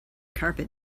carpet